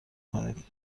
کنید